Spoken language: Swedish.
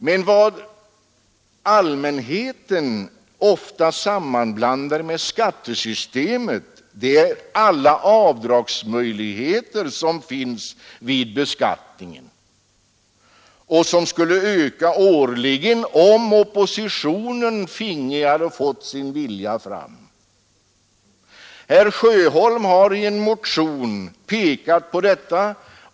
Men vad allmänheten ofta sammanblandar med skattesystemet är alla avdragsmöjligheter som finns vid taxeringen och som skulle öka årligen om oppositionen fick sin vilja fram. Herr Sjöholm har i en motion påtalat detta.